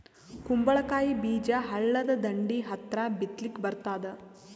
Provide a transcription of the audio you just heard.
ಕುಂಬಳಕಾಯಿ ಬೀಜ ಹಳ್ಳದ ದಂಡಿ ಹತ್ರಾ ಬಿತ್ಲಿಕ ಬರತಾದ?